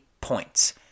points